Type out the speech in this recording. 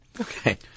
Okay